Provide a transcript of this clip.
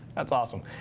that's awesome.